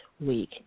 week